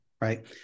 right